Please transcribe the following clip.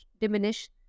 diminish